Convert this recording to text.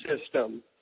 system